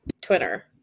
Twitter